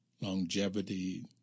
longevity